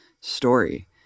story